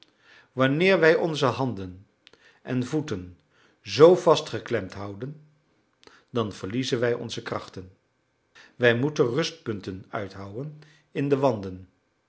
wanneer wij onze handen en voeten zoo vastgeklemd houden dan verliezen wij onze krachten wij moeten rustpunten uithouwen in de wanden